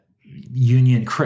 union